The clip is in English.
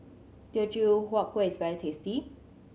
Teochew Huat Kuih is very tasty